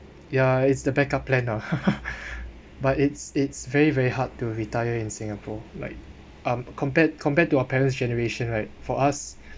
ya it's the backup plan ah but it's it's very very hard to retire in singapore like um compared compared to our parents generation right for us